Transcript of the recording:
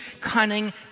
cunning